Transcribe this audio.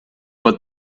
but